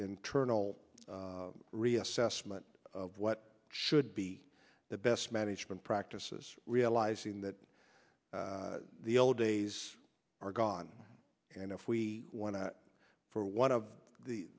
internal reassessment of what should be the best management practices realizing that the old days are gone and if we want to for one of the